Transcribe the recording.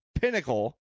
Pinnacle